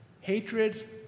hatred